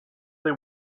they